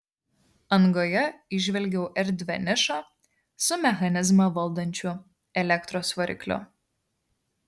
angoje įžvelgiau erdvią nišą su mechanizmą valdančiu elektros varikliu